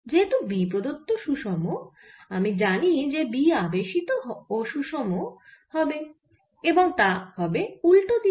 যেহেতু B প্রদত্ত সুষম আমি জানি যে B আবেশিত ও সুষম হবে এবং তা হবে উল্টো দিকে